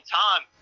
time